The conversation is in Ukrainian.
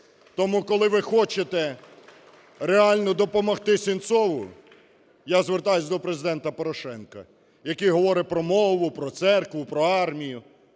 Тому, коли ви хочете реально допомогти Сенцову… Я звертаюсь до Президента Порошенка, який говорить про мову, про церкву, про армію.